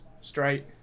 straight